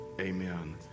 amen